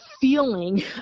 feeling